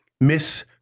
Miss